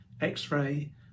X-ray